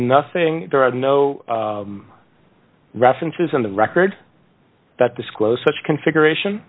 nothing there are no references on the record that disclosed such configuration